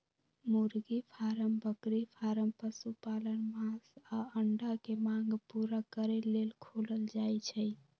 मुर्गी फारम बकरी फारम पशुपालन मास आऽ अंडा के मांग पुरा करे लेल खोलल जाइ छइ